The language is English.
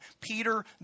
Peter